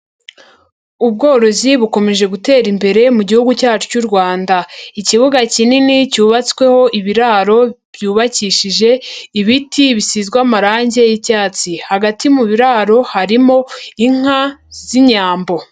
Ubworozi bukomeje gutera imbere mu gihugu cyacu cy'u Rwanda, ikibuga kinini cyubatsweho ibiraro byubakishije ibiti, bisizwe amarange y'icyatsi, hagati mu biraro harimo inka z'Inyambo.